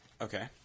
Okay